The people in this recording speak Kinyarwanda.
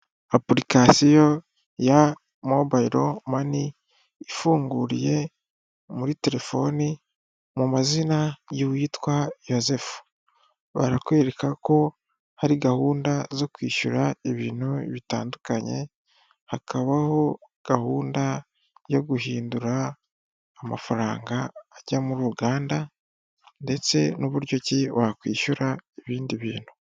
Apurikasiyo ya mobayiro mani, ifunguriye muri telefoni mu mazina y'uwitwa Yozefu. Barakwereka ko hari gahunda zo kwishyura ibintu bitandukanye, hakabaho gahunda yo guhindura amafaranga ajya muri Uganda, ndetse n'uburyo ki wakwishyura ibindi bintu.